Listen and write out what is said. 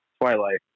Twilight